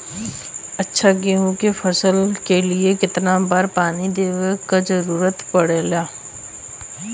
अच्छा गेहूँ क फसल के लिए कितना बार पानी देवे क जरूरत पड़ेला?